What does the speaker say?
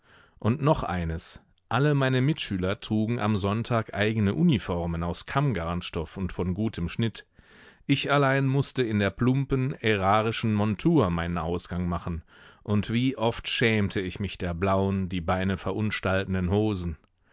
und noch eines alle meine mitschüler trugen am sonntag eigene uniformen aus kammgarnstoff und von gutem schnitt ich allein mußte in der plumpen ärarischen montur meinen ausgang machen und wie oft schämte ich mich der blauen die beine verunstaltenden hosen